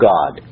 God